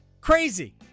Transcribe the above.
Crazy